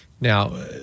now